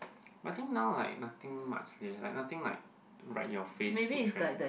I think now like nothing much leh nothing like right in your face food trend